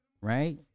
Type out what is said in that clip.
right